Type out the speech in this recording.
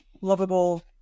lovable